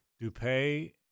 DuPay